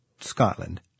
Scotland